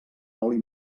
oli